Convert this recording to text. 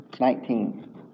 Nineteen